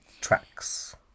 tracks